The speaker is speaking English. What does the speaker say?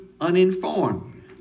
uninformed